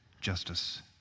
justice